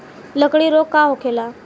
लगड़ी रोग का होखेला?